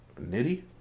Nitty